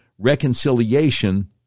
reconciliation